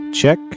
check